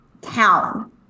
town